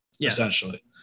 essentially